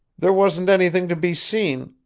there wasn't anything to be seen,